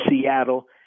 Seattle